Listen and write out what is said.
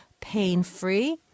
pain-free